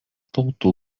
tautų